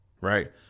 right